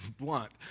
blunt